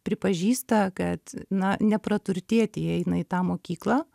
pripažįsta kad na ne praturtėti jie eina į tą mokyklą